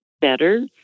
better